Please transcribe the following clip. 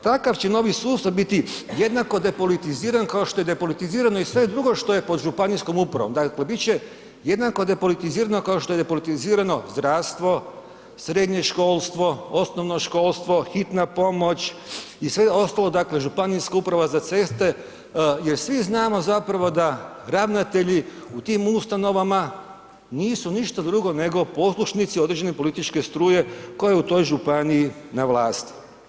Takav će novi sustav biti jednako depolitiziran kao što je depolitizirano i sve drugo što je pod županijskom upravom, dakle bit će jednako depolitizirano zdravstvo, srednje školstvo, osnovno školstvo, Hitna pomoć i sve ostale, dakle Županijska uprava za ceste jer svi znamo zapravo da ravnatelji u tim ustanovama nisu ništa drugo nego poslušnici određene političke struje koja je u toj županiji na vlasti.